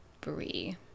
Brie